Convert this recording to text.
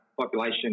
population